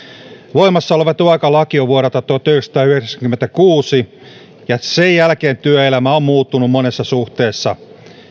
voimassa oleva työaikalaki on vuodelta tuhatyhdeksänsataayhdeksänkymmentäkuusi ja sen jälkeen työelämä on muuttunut monessa suhteessa